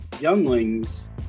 younglings